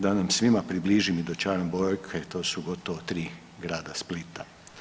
Da nam svima približim i dočaram brojke to su gotovo 3 grada Splita.